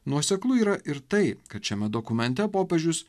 nuoseklu yra ir tai kad šiame dokumente popiežius